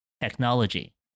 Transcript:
technology